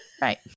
Right